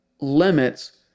limits